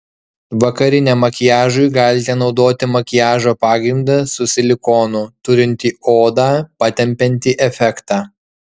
vakariniam makiažui galite naudoti makiažo pagrindą su silikonu turintį odą patempiantį efektą